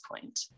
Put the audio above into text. point